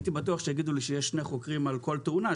הייתי בטוח שיגידו לי שיש שני חוקרים על כל תאונה,